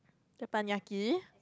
teppanyaki